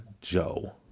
joe